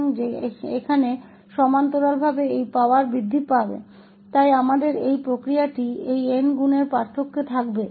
तो यहाँ समानांतर रूप से यह पावर बढ़ेगी इसलिए हमारे पास इस प्रक्रिया का n गुना अंतर होगा